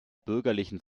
bürgerlichen